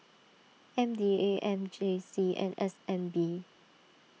M D A M J C and S N B